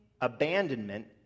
abandonment